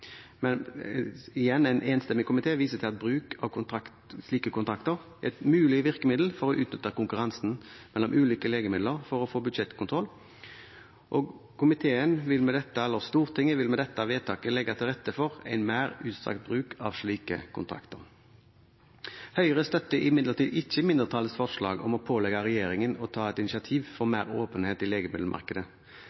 Men igjen viser en enstemmig komité til at bruk av slike kontrakter er et mulig virkemiddel for å utnytte konkurransen mellom ulike legemiddel for å få budsjettkontroll, og Stortinget vil med dette vedtaket legge til rette for en mer utstrakt bruk av slike kontrakter. Høyre støtter imidlertid ikke mindretallets forslag om å pålegge regjeringen å ta et initiativ om mer åpenhet i legemiddelmarkedet. Statsråden er allerede en aktiv pådriver for